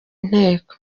inteko